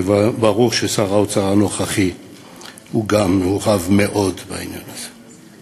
וברור ששר האוצר הנוכחי גם הוא מעורב מאוד בעניין הזה.